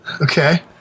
Okay